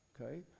Okay